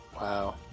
Wow